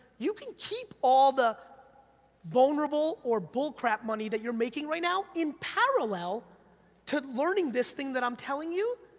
you can keep all the vulnerable or bullcrap money that you're making right now in parallel to learning this thing that i'm telling you,